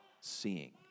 seeing